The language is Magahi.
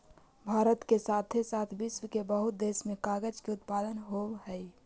भारत के साथे साथ विश्व के बहुते देश में कागज के उत्पादन होवऽ हई